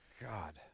God